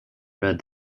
read